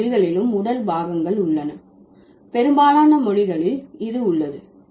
எல்லா மொழிகளிலும் உடல் பாகங்கள் உள்ளன பெரும்பாலான மொழிகளில் இது உள்ளது